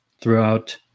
throughout